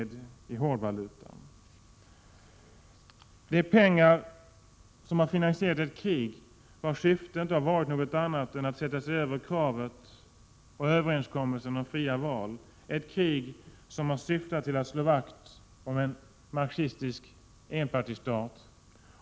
Dessa pengar har finansierat ett krig, vars syfte inte har varit något annat än att ge regimen möjlighet att sätta sig över kravet på och överenskommelsen om fria val. Det är ett krig som har syftat till att slå vakt om en marxistisk enpartistat.